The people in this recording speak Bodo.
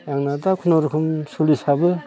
आंना दा खुनुरुखुम सल्लिस हाबो